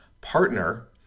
partner